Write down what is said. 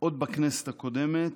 עוד בכנסת הקודמת,